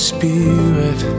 Spirit